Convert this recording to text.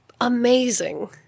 amazing